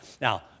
Now